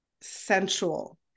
sensual